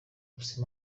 gusa